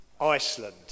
Iceland